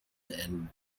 and